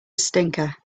stinker